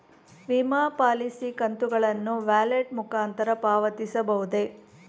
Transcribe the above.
ವಿಮಾ ಪಾಲಿಸಿ ಕಂತುಗಳನ್ನು ವ್ಯಾಲೆಟ್ ಮುಖಾಂತರ ಪಾವತಿಸಬಹುದೇ?